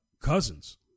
cousins